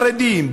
חרדים,